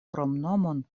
kromnomon